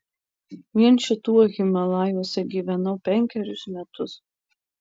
vien šituo himalajuose gyvenau penkerius metus